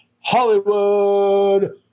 Hollywood